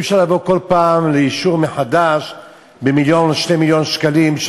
ואי-אפשר לבוא כל פעם לאישור מחדש של 2-1 מיליון שקלים,